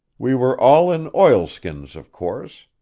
we were all in oilskins, of course,